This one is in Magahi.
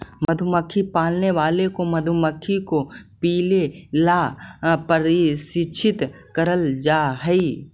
मधुमक्खी पालने वालों को मधुमक्खी को पीले ला प्रशिक्षित करल जा हई